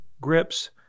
grips